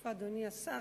איפה אדוני השר?